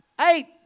eight